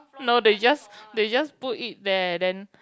no they just they just put it there then